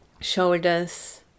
shoulders